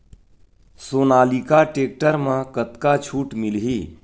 Sonalika tractor म कतका छूट मिलही?